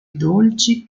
dolci